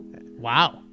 Wow